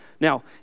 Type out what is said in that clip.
Now